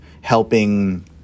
helping